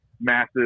massive